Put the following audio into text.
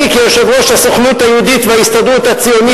אני כיושב-ראש הסוכנות היהודית וההסתדרות הציונית,